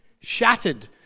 shattered